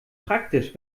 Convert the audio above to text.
praktisch